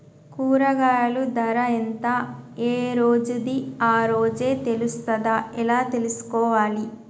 కూరగాయలు ధర ఎంత ఏ రోజుది ఆ రోజే తెలుస్తదా ఎలా తెలుసుకోవాలి?